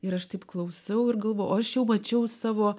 ir aš taip klausau ir galvoju aš jau mačiau savo